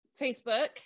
Facebook